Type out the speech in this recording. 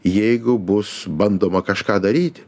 jeigu bus bandoma kažką daryti